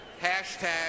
hashtag